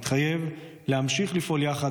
ומתחייב להמשיך לפעול יחד,